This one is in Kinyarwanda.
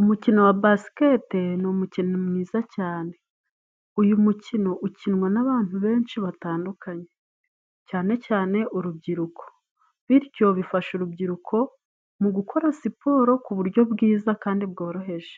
Umukino wa basikete ni umukino mwiza cyane. Uyu mukino ukinwa n'abantu benshi batandukanye. Cyane cyane urubyiruko. Bityo bifasha urubyiruko mu gukora siporo ku buryo bwiza kandi bworoheje.